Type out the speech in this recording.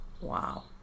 Wow